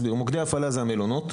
מוקדי הפעלה הם המלונות.